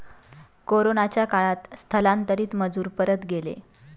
कोरोनाच्या काळात स्थलांतरित मजूर परत गेले